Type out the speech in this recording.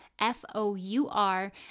f-o-u-r